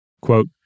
Quote